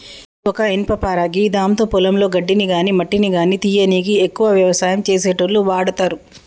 ఇది ఒక ఇనుపపార గిదాంతో పొలంలో గడ్డిని గాని మట్టిని గానీ తీయనీకి ఎక్కువగా వ్యవసాయం చేసేటోళ్లు వాడతరు